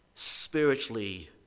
Spiritually